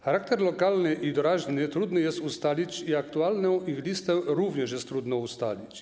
Charakter lokalny i doraźny trudno jest ustalić i aktualną ich listę również jest trudno ustalić.